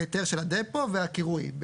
היתר של הדפו והקירוי.